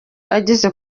ageze